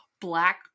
black